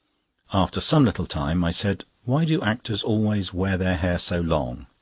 after some little time i said why do actors always wear their hair so long?